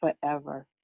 forever